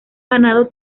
ganado